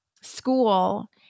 school